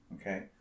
Okay